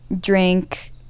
drink